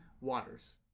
waters